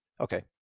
Okay